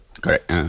Correct